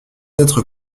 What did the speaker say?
d’être